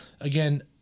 again